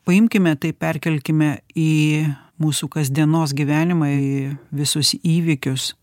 paimkime tai perkelkime į mūsų kasdienos gyvenimą į visus įvykius